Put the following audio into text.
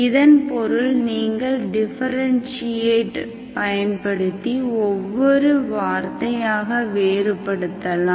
இதன் பொருள் நீங்கள் டிஃபரென்ஷியேட் பயன்படுத்தி ஒவ்வொரு வார்த்தையாக வேறுபடுத்தலாம்